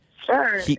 Sure